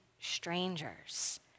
strangers